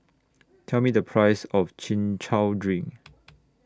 Tell Me The Price of Chin Chow Drink